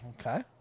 Okay